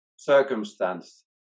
circumstance